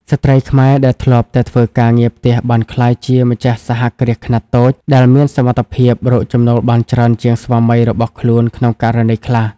ស្ត្រីខ្មែរដែលធ្លាប់តែធ្វើការងារផ្ទះ បានក្លាយជា "ម្ចាស់សហគ្រាសខ្នាតតូច" ដែលមានសមត្ថភាពរកចំណូលបានច្រើនជាងស្វាមីរបស់ខ្លួនក្នុងករណីខ្លះ។